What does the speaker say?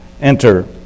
enter